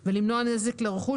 תדיר,